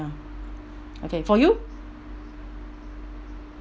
okay for you